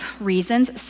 reasons